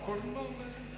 חבר הכנסת בילסקי,